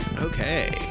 Okay